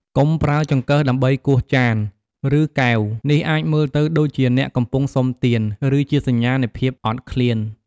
កុំប្រើចង្កឹះដើម្បីគោះចាន ឬកែវ នេះអាចមើលទៅដូចជាអ្នកកំពុងសុំទាន ឬជាសញ្ញានៃភាពអត់ឃ្លាន។